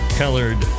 colored